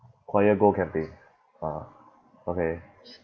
choir go cafe ah okay